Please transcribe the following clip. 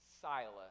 Silas